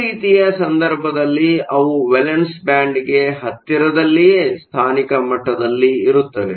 P ರೀತಿಯ ಸಂದರ್ಭದಲ್ಲಿ ಅವು ವೇಲೆನ್ಸ್ ಬ್ಯಾಂಡ್ಗೆ ಹತ್ತಿರದಲ್ಲಿಯೇ ಸ್ಥಾನಿಕ ಮಟ್ಟದಲ್ಲಿರುತ್ತವೆ